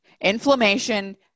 Inflammation